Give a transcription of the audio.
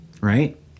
right